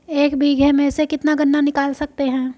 एक बीघे में से कितना गन्ना निकाल सकते हैं?